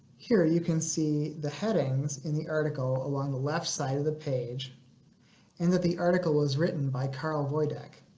here you can see the headings in the article along the left side of the page and that the article was written by karl woideck.